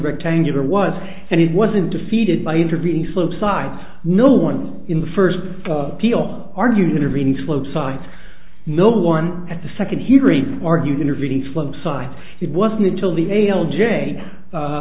rectangular was and it wasn't defeated by intervening slope side no one in the first appeal argued intervening slope side no one at the second hearing argued intervening flip side it wasn't until the a